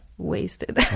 wasted